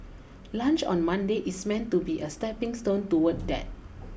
lunch on Monday is meant to be a stepping stone toward that